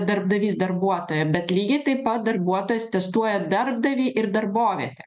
darbdavys darbuotoją bet lygiai taip pat darbuotojas testuoja darbdavį ir darbovietę